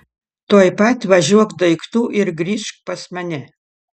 tuoj pat važiuok daiktų ir grįžk pas mane